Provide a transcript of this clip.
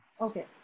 Okay